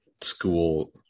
school